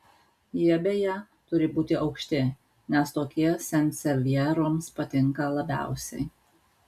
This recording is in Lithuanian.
jie beje turi būti aukšti nes tokie sansevjeroms patinka labiausiai